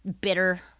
bitter